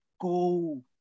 go